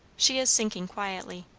she is sinking quietly.